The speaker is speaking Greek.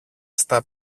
στα